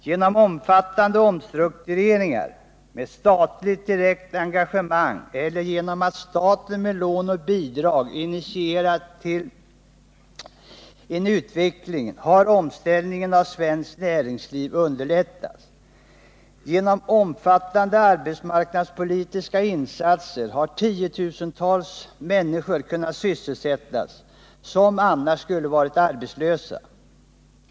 Genom omfattande omstruktureringar — med statligt direkt engagemang eller genom att staten med lån och bidrag initierat en utveckling — har omställningen av svenskt näringsliv underlättats. Genom omfattande arbetsmarknadspolitiska insatser har tiotusentals människor som annars skulle ha varit arbetslösa kunnat sysselsättas.